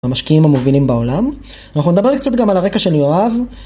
המשקיעים המובילים בעולם אנחנו נדבר קצת גם על הרקע של יואב